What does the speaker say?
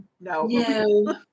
No